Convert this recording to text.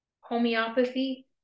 Homeopathy